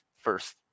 first